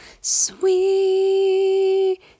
Sweet